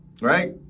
right